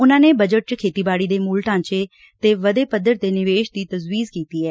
ਉਨਾਂ ਨੇ ਬਜਟ ਚ ਖੇਤੀਬਾੜੀ ਦੇ ਮੁਲ ਢਾਂਚੇ ਤੇ ਵਧੇ ਪੱਧਰ ਤੇ ਨਿਵੇਸ਼ ਦੀ ਤਜ਼ਵੀਜ਼ ਕੀਤੀ ਐ